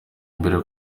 imbere